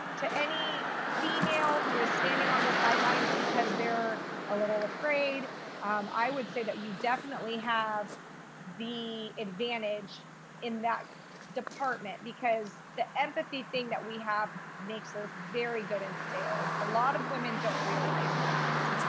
to any female who is standing on the sidelines, because they're a little afraid i would say that you definitely have the advantage in that department because the empathy thing that we have makes us very good in sales, a lot of women don't realize that.